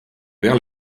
vers